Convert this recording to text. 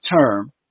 term